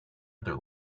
other